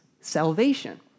salvation